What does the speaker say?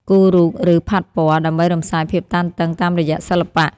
គូររូប ឬផាត់ពណ៌ ដើម្បីរំសាយភាពតានតឹងតាមរយៈសិល្បៈ។